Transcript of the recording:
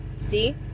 See